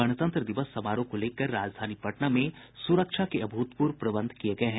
गणतंत्र दिवस समारोह को लेकर राजधानी पटना में सुरक्षा के अभूतपूर्व प्रबंध किये गये हैं